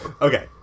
Okay